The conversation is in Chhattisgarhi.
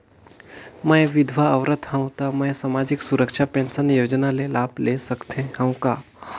मैं विधवा औरत हवं त मै समाजिक सुरक्षा पेंशन योजना ले लाभ ले सकथे हव का?